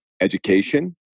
education